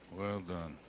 well done.